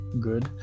good